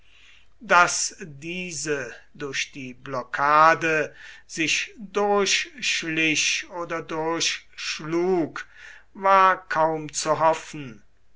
daß diese durch die blockade sich durchschlich oder durchschlug war kaum zu hoffen